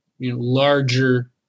larger